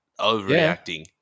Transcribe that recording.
Overreacting